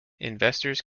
investors